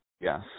Yes